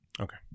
Okay